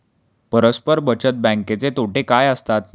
परस्पर बचत बँकेचे तोटे काय असतात?